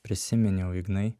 prisiminiau ignai